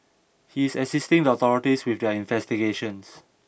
he is assisting the authorities with their investigations